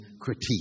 critique